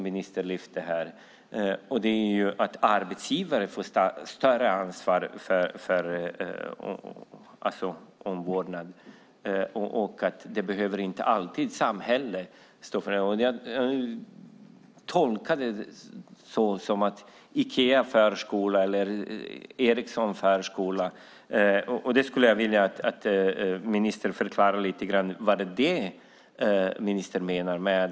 Ministern sade också att arbetsgivare kan ta större ansvar för omvårdnaden och att samhället inte alltid behöver stå för det. Jag tolkar det som att Ikea ska ha en förskola eller att Ericsson ska ha en förskola. Jag skulle vilja att ministern förklarar om det var det ministern menade.